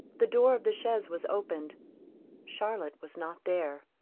the door of the chaise was opened charlotte was not there.